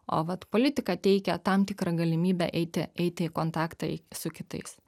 o vat politika teikia tam tikrą galimybę eiti eiti į kontaktą į su kitais